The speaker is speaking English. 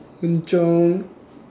Wen Zhong